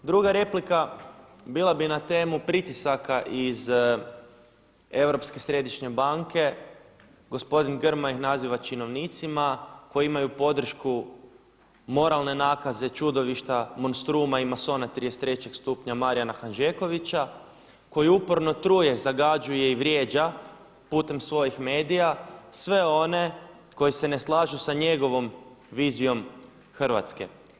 Druga replika bila bi na temu pritisaka iz Europske središnje banke, gospodin Grmoja ih naziva činovnicima koji imaju podršku moralne nakaze, čudovišta, monstruma i masona 33. stupnja Marijana Hanžekovića koji uporno truje, zagađuje i vrijeđa putem svojih medija sve one koji ne slažu sa njegovom vizijom Hrvatske.